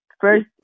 first